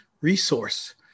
resource